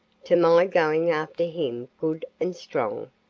to my going after him good and strong?